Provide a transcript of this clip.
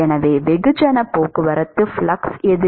எனவே வெகுஜனப் போக்குவரத்து ஃப்ளக்ஸ் எது